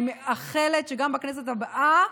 אני מאחלת שגם בכנסת הבאה